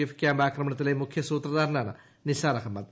F ക്യാമ്പാ ക്രമണത്തിലെ മുഖ്യ സൂത്രധാരനാണ് നിസാർ അഹമ്മദ്